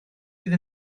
fydd